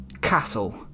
castle